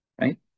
right